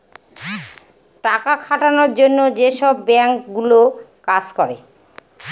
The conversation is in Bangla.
টাকা খাটানোর জন্য যেসব বাঙ্ক গুলো কাজ করে